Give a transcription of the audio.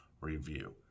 review